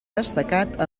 destacat